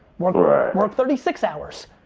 work thirty six hours,